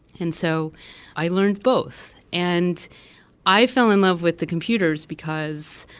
and so i learned both. and i fell in love with the computers, because,